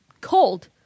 cold